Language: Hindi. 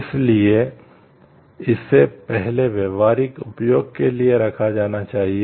इसलिए इसे पहले व्यावहारिक उपयोग के लिए रखा जाना चाहिए